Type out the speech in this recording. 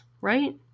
right